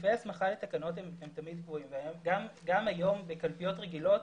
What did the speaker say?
סעיפי ההסמכה לתקנות, גם היום בקלפיות רגילות